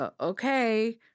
okay